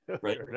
Right